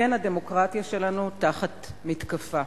כן, הדמוקרטיה שלנו תחת מתקפה,